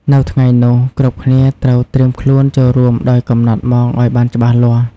នៅថ្ងៃនោះ គ្រប់គ្នាត្រូវត្រៀមខ្លួនចូលរួមដោយកំណត់ម៉ោងអោយបានច្បាស់លាស់ ។